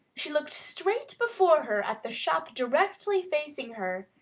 she looked straight before her at the shop directly facing her.